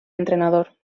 entrenador